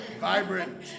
Vibrant